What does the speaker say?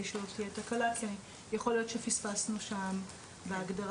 שלא תהיה תקלה כי יכול להיות שפספסנו שם בהגדרה.